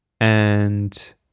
And-